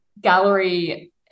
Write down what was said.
gallery